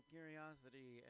Curiosity